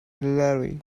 hillary